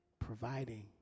providing